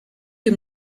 les